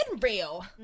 real